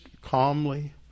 calmly